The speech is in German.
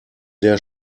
der